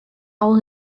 all